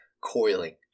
coiling